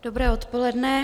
Dobré odpoledne.